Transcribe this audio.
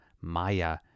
Maya